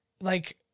like-